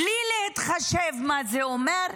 בלי להתחשב במה זה אומר,